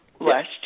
Last